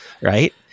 right